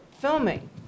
filming